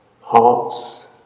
hearts